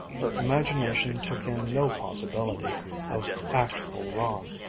her imagination took in no possibility of actual wrong.